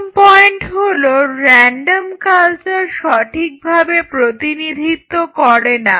প্রথম পয়েন্ট হলো random culture সঠিকভাবে প্রতিনিধিত্ব করে না